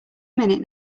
minute